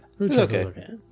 Okay